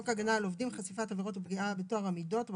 הצעת חוק הגנה על עובדים (חשיפת עבירות ופגיעה בטוהר המידות או